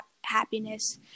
happiness